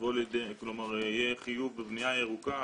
יהיה חיוב בבנייה ירוקה,